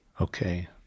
Okay